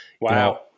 Wow